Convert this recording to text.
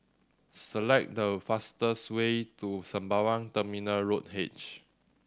select the fastest way to Sembawang Terminal Road H